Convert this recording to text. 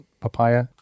papaya